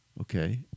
Okay